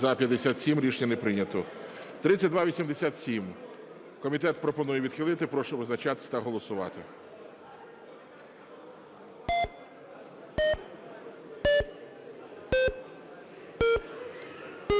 За-57 Рішення не прийнято. 3287. Комітет пропонує відхилити, прошу визначатись та голосувати.